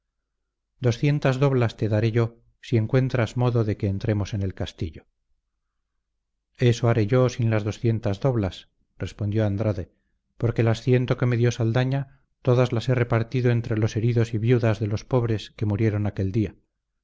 doscientas doblas te daré yo si encuentras modo de que entremos en el castillo eso haré yo sin las doscientas doblas respondió andrade porque las ciento que me dio saldaña todas las he repartido entre los heridos y viudas de los pobres que murieron aquel día